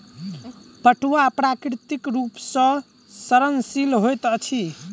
पटुआ प्राकृतिक रूप सॅ सड़नशील होइत अछि